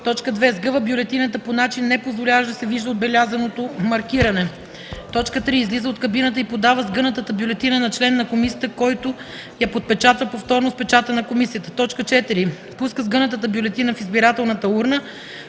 вот; 2. сгъва бюлетината по начин, непозволяващ да се вижда отбелязаното маркиране; 3. излиза от кабината и подава сгънатата бюлетина на член на комисията, който я подпечатва повторно с печата на комисията; 4. пуска сгънатата бюлетина в избирателната урна;